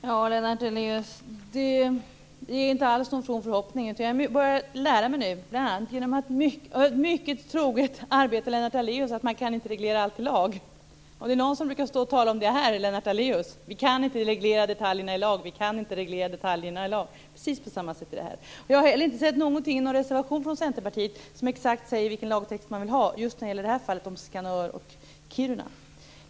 Herr talman! Det är inte alls någon from förhoppning, Lennart Daléus. Jag börjar lära mig nu, bl.a. genom ett mycket troget arbete av Lennart Daléus, att man inte kan reglera allt i lag. Om det är någon som brukar stå och tala om det här är det Lennart Daléus. Vi kan inte reglera detaljerna i lag. Det är på precis samma sätt här. Jag har inte heller sett något i en reservation från Centerpartiet som exakt säger vilken lagtext man vill ha i fallet om Skanör och Kiruna.